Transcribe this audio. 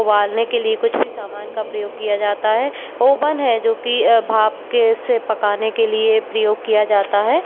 उबालने के लिए कुछ भी सामान का प्रयोग किया जाता है अवन है जो कि भाप के से पकाने के लिए प्रयोग किया जाता है